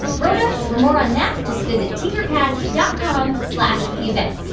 grown-ups, for more on that, just visit tinkercast dot com slash events.